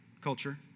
culture